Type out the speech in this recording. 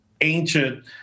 ancient